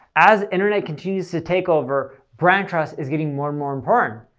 as internet continues to take over, brand trust is getting more and more important.